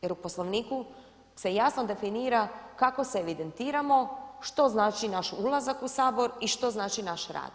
Jer u Poslovniku se jasno definira kako se evidentiramo, što znači naš ulazak u Sabor i što znači naš rad.